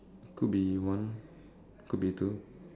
could be one could be two